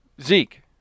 Zeke